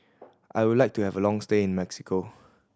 I would like to have a long stay in Mexico